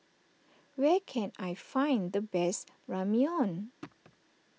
where can I find the best Ramyeon